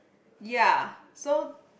ya so